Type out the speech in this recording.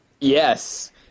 Yes